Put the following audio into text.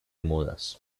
modas